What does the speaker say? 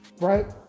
right